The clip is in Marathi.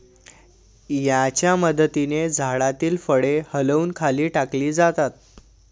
याच्या मदतीने झाडातील फळे हलवून खाली टाकली जातात